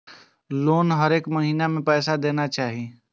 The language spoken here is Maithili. लोन हरेक महीना में पैसा देना चाहि?